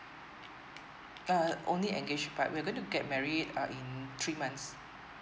uh only engaged but we're gonna get married uh in three months